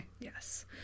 Yes